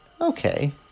Okay